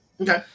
Okay